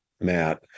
Matt